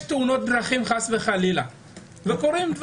וחלילה יש תאונות דרכים ודברים קורים.